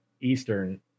eastern